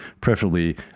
preferably